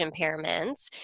impairments